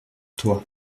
toi